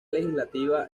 legislativa